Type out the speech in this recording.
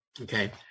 Okay